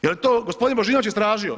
Jel to gospodin Božinović to istražio?